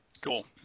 Cool